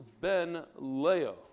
Ben-Leo